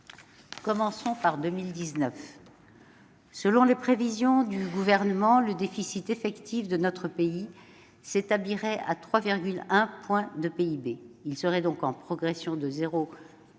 Commençons par l'année 2019. Selon les prévisions du Gouvernement, le déficit effectif de notre pays s'établirait à 3,1 points de PIB. Il serait donc en progression de 0,6